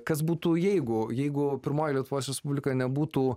kas būtų jeigu jeigu pirmoji lietuvos respublika nebūtų